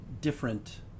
different